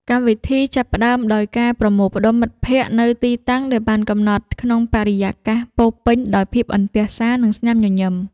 កម្មវិធីចាប់ផ្ដើមដោយការប្រមូលផ្ដុំមិត្តភក្តិនៅទីតាំងដែលបានកំណត់ ក្នុងបរិយាកាសពោរពេញដោយភាពអន្ទះសារ និងស្នាមញញឹម។